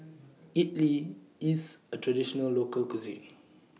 Idili IS A Traditional Local Cuisine